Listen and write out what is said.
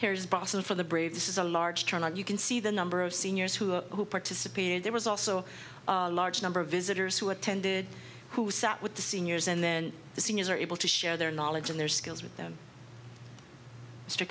here's boston for the brave this is a large turnout you can see the number of seniors who are who participated there was also a large number of visitors who attended who sat with the seniors and then the seniors are able to share their knowledge and their skills with them